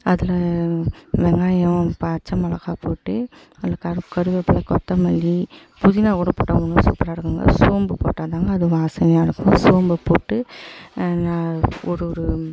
அதில் வெங்காயம் பச்சை மிளகா போட்டு நல்லா கருவேப்பிலை கொத்தமல்லி புதினா கூட போட்டால் இன்னும் சூப்பராக இருக்கும்ங்க சோம்பு போட்டால் தான்ங்க அது வாசனையாக இருக்கும் சோம்பு போட்டு ஒரு ஒரு